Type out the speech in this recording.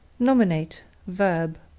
nominate, v.